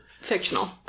fictional